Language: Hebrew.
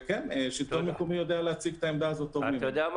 והשלטון המקומי יודע להציג את העמדה הזאת היטב.